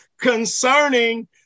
concerning